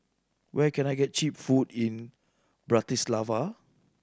where can I get cheap food in Bratislava